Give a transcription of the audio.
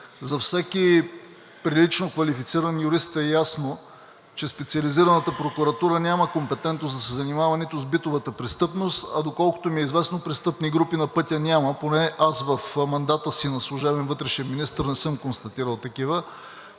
За всеки прилично квалифициран юрист е ясно, че Специализираната прокуратура няма компетентност да се занимава нито с битовата престъпност, а доколкото ми е известно, престъпни групи на пътя няма, поне аз в мандата си на служебен вътрешен министър не съм констатирал такива.